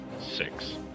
six